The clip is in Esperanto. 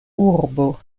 urbo